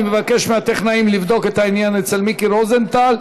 אני מבקש מהטכנאים לבדוק את העניין אצל מיקי רוזנטל.